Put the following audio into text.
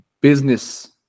business